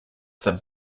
than